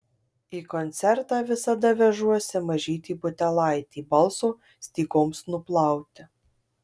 į koncertą visada vežuosi mažytį butelaitį balso stygoms nuplauti